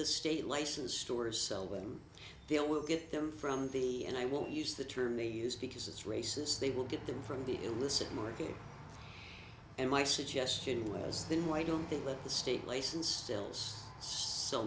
the state license stores sell when they'll will get them from the and i won't use the term they use because it's racist they will get them from the illicit market and my suggestion was then why don't they let the state licensed sales so